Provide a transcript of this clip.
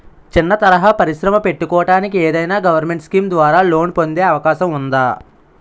చిన్న తరహా పరిశ్రమ పెట్టుకోటానికి ఏదైనా గవర్నమెంట్ స్కీం ద్వారా లోన్ పొందే అవకాశం ఉందా?